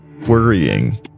worrying